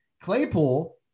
Claypool